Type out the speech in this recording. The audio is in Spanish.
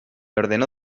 ordenó